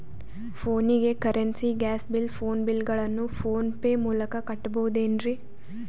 ಫೋನಿಗೆ currency, gas bill, phone bill ಗಳನ್ನು PhonePe ಮೂಲಕ ಕಟ್ಟಬಹುದೇನ್ರಿ?